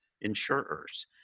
insurers